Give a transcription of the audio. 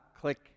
Click